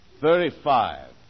thirty-five